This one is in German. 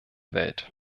welt